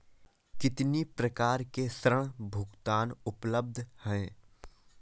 कितनी प्रकार के ऋण भुगतान उपलब्ध हैं?